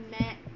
met